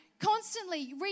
constantly